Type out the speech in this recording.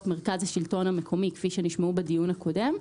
מרכז השלטון המקומי כפי שנשמעו בדיון הקודם.